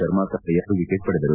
ಶರ್ಮಾ ತಲಾ ಎರಡು ವಿಕೆಟ್ ಪಡೆದರು